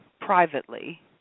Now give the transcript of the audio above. privately